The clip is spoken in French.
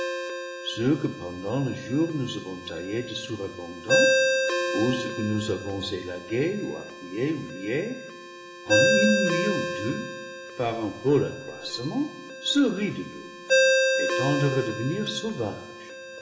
ce que pendant le jour nous avons taillé de surabondant ou ce que nous avons élagué ou appuyé ou lié en une nuit ou deux par un fol accroissement se rit de nous et tend à redevenir sauvage